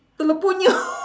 telur penyu